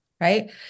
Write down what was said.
right